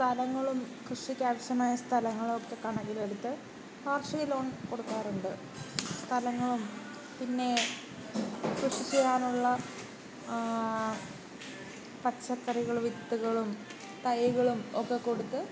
സ്ഥലങ്ങളും കൃഷിക്കാവശ്യമായ സ്ഥലങ്ങളൊക്കെ കണക്കിലെടുത്ത് കാർഷിക ലോൺ കൊടുക്കാറുണ്ട് സ്ഥലങ്ങളും പിന്നെ കൃഷി ചെയ്യാനുള്ള പച്ചക്കറികള് വിത്തുകളും തൈകളും ഒക്കെ കൊടുത്ത്